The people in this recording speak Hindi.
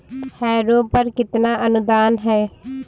हैरो पर कितना अनुदान है?